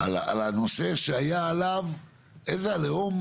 על הנושא שהיה עליו איזה עליהום?